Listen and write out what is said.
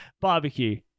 barbecue